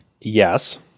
Yes